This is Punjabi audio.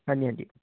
ਹਾਂਜੀ ਹਾਂਜੀ